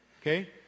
okay